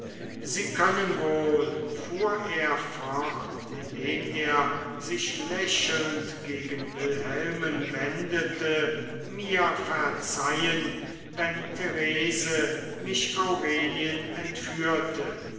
sie können wohl fuhr er fort indem er sich lächelnd gegen wilhelmen wendete mir verzeihen wenn therese mich aurelien entführte